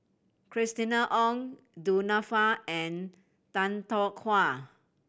Christina Ong Du Nanfa and Tan Tarn